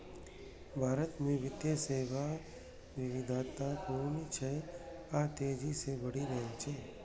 भारत मे वित्तीय सेवा विविधतापूर्ण छै आ तेजी सं बढ़ि रहल छै